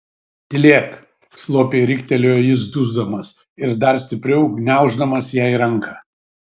tylėk slopiai riktelėjo jis dusdamas ir dar stipriau gniauždamas jai ranką